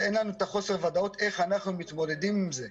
שיש לנו חוסר ודאות איך אנחנו מתמודדים עם זה.